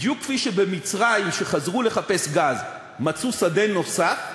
בדיוק כפי שבמצרים, כשחזרו לחפש גז מצאו שדה נוסף,